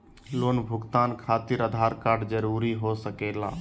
Loan भुगतान खातिर Aadhaar card जरूरी हो सके ला?